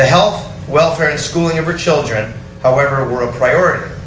help, welfare and schooling of her children however were a priority.